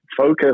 focus